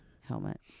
helmet